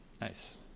Nice